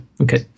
Okay